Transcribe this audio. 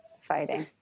fighting